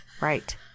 Right